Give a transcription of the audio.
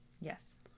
Yes